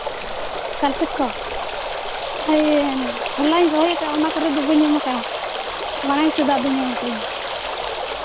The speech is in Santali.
ᱥᱟᱞᱯᱷᱮᱴ ᱠᱚ ᱦᱳᱭ ᱦᱚᱞᱟᱧ ᱨᱚᱦᱚᱭ ᱟᱠᱟᱫ ᱚᱱᱟ ᱠᱚᱨᱮ ᱫᱚ ᱵᱟᱹᱧ ᱮᱢ ᱠᱟᱜᱼᱟ ᱢᱟᱲᱟᱝ ᱥᱮᱫᱟᱜ ᱫᱚᱧ ᱮᱢ ᱠᱟᱜ ᱟᱹᱧ